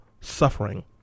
suffering